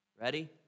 Ready